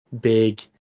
big